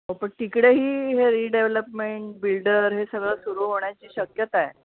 हो पण तिकडेही हे रिडेव्हलपमेंट बिल्डर हे सगळं सुरु होण्याची शक्यता आहे